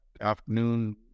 afternoon